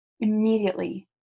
Immediately